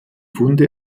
funde